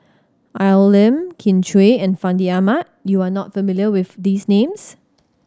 Al Lim Kin Chui and Fandi Ahmad you are not familiar with these names